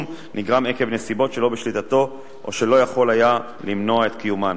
נגרם מנסיבות שלא בשליטתו או שלא יכול היה למנוע את קיומן.